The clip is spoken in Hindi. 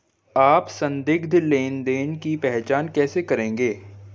आप संदिग्ध लेनदेन की पहचान कैसे करेंगे?